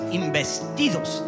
investidos